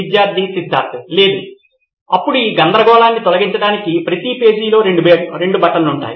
విద్యార్థి సిద్ధార్థ లేదు అప్పుడు ఈ గందరగోళాన్ని తొలగించడానికి ప్రతి పేజీలో రెండు బటన్లు ఉంటాయి